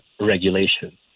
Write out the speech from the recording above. regulation